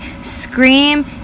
scream